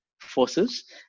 forces